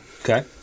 Okay